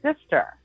sister